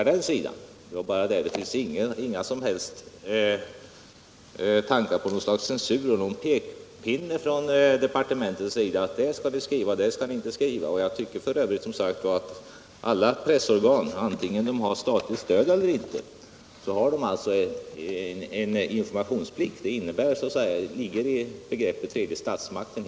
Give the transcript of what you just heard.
Det förekommer inga som helst tankar på något slags censur eller några pekpinnar från departementets sida när det gäller vad tidningen skall skriva eller inte skriva. Jag tycker f.ö. som sagt att alla pressorgan — vare sig de har statligt stöd eller inte — har en informationsplikt. Det ligger helt enkelt i begreppet tredje statsmakten.